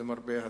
למרבה הצער.